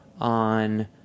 on